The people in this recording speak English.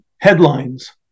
headlines